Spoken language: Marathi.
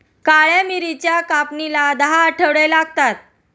काळ्या मिरीच्या कापणीला दहा आठवडे लागतात